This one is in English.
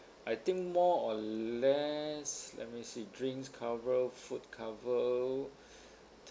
I think more or less let me see drinks cover food cover